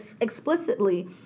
explicitly